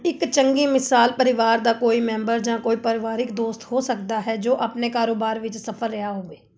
ਇੱਕ ਚੰਗੀ ਮਿਸਾਲ ਪਰਿਵਾਰ ਦਾ ਕੋਈ ਮੈਂਬਰ ਜਾਂ ਕੋਈ ਪਰਿਵਾਰਿਕ ਦੋਸਤ ਹੋ ਸਕਦਾ ਹੈ ਜੋ ਆਪਣੇ ਕਾਰੋਬਾਰ ਵਿੱਚ ਸਫ਼ਲ ਰਿਹਾ ਹੋਵੇ